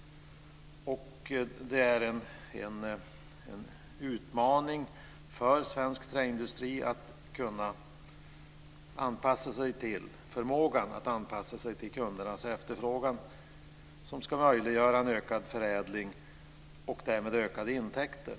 Förmågan att anpassa sig till kundernas efterfrågan är en utmaning för svensk träindustri och ska möjliggöra en ökad förädling och därmed ökade intäkter.